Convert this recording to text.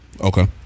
Okay